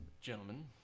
gentlemen